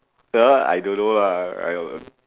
that one I don't know lah I